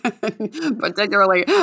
particularly